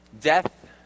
death